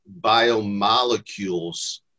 biomolecules